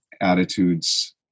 attitudes